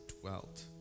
dwelt